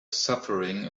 suffering